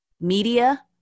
media